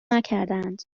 نکردهاند